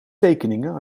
tekeningen